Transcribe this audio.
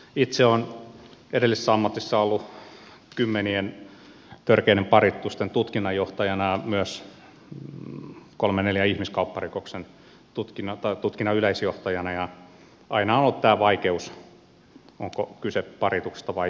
itse olen edellisessä ammatissa ollut kymmenien törkeiden paritusten tutkinnanjohtajana myös kolmen neljän ihmiskaupparikoksen tutkinnan yleisjohtajana ja se on vain tosiasia että aina on ollut tämä vaikeus onko kyse parituksesta vai ihmiskaupasta